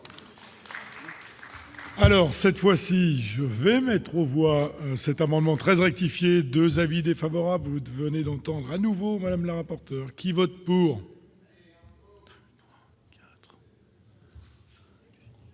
Alors cette fois-ci, je vais mettre aux voix cet amendement 13 rectifier 2 avis défavorables venez d'entendre à nouveau Madame la Laporte qui vote pour.